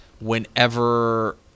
whenever